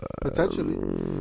Potentially